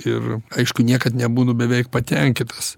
ir aišku niekad nebūnu beveik patenkitas